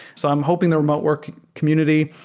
so i'm hoping the remote work community,